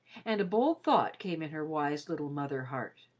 and a bold thought came in her wise little mother-heart.